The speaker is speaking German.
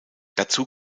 dazu